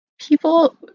people